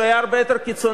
כשהוא היה הרבה יותר קיצוני,